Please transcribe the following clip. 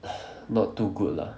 not too good lah